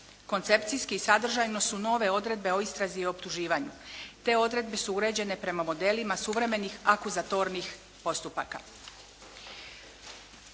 Koncepcijski i sadržajno su nove odredbe o istrazi i optuživanju, te odredbe su uređene prema modelima suvremenih akuzatornih postupaka.